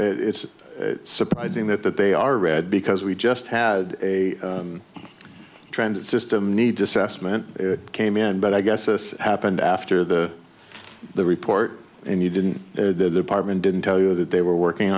it's surprising that that they all read because we just had a transit system needs assessment came in but i guess this happened after the the report and you didn't pardon didn't tell you that they were working